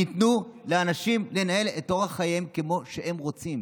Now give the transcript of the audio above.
תנו לאנשים לנהל את אורח חייהם כמו שהם רוצים.